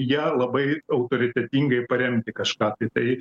ją labai autoritetingai paremti kažką tai tai